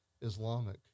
Islamic